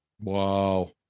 Wow